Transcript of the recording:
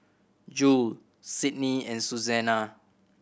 Jule Sydnie and Suzanna